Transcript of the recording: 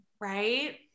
right